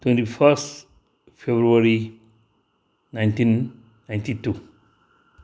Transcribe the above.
twenty first February nineteen ninety two